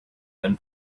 than